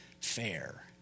fair